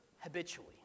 habitually